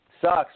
sucks